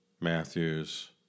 Matthews